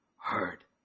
heard